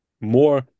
more